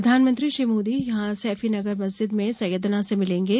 प्रधानमंत्री श्री मोदी यहां सैफी नगर मस्जिद में सैयदना से मिलेंगे